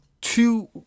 two